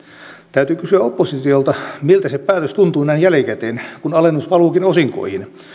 täytyy kysyä oppositiolta miltä se päätös tuntuu näin jälkikäteen kun alennus valuikin osinkoihin